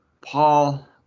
Paul